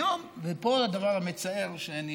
היום, ופה הדבר המצער שאני